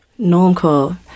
Normcore